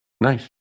Nice